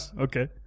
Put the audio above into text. okay